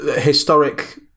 Historic